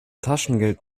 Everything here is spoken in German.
taschengeld